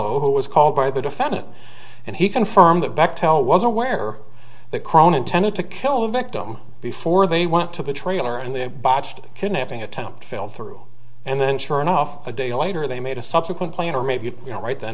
who was called by the defendant and he confirmed that bechtel was aware that crone intended to kill the victim before they went to the trailer and they botched kidnapping attempt failed through and then sure enough a day later they made a subsequent plan or maybe you know right then